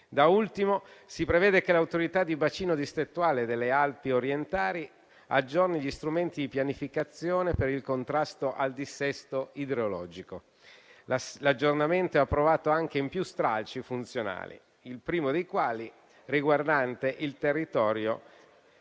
Da ultimo, si prevede che l'Autorità di bacino distrettuale delle Alpi orientali aggiorni gli strumenti di pianificazione per il contrasto al dissesto idrogeologico. L'aggiornamento è approvato anche in più stralci funzionali, il primo dei quali riguardante il territorio